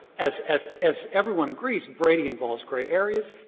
as as as everyone agrees brady involves gray areas.